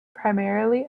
primarily